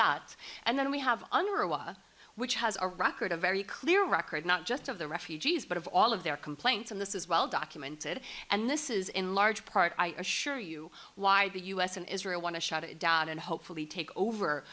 that and then we have an array which has a record a very clear record not just of the refugees but of all of their complaints and this is well documented and this is in large part i assure you why the u s and israel want to shut it down and hopefully take over